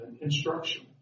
instruction